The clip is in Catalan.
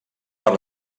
per